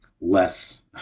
less